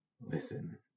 listen